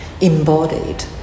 embodied